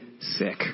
sick